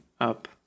up